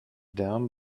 down